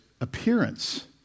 appearance